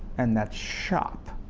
and that's shop.